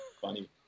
funny